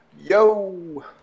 Yo